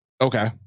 Okay